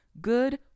Good